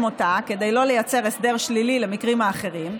אותה כדי לא לייצר הסדר שלילי למקרים האחרים.